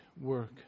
work